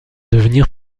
devenir